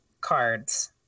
cards